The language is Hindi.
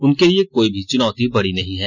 उनके लिए कोई भी चुनौती बड़ी नहीं है